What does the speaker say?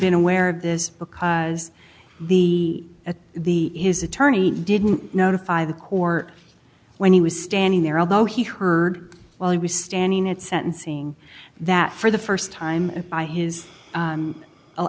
been aware of this because the at the his attorney didn't notify the court when he was standing there although he heard while he was standing at sentencing that for the first time by his